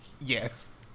Yes